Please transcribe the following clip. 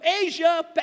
Asia